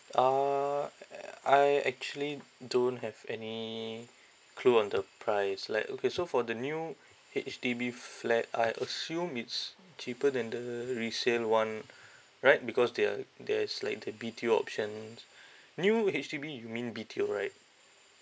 uh I actually don't have any clue on the price like okay so for the new H_D_B flat I assume it's cheaper than the resale one right because they are there is like the B_T_O option new H_D_B you mean B_T_O right